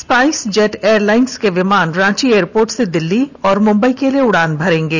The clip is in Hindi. स्पाइसजेट एयरलाइंस के विमान रांची एयरपोर्ट से दिल्ली और मुंबई के लिए उड़ान भरेंगे